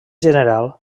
general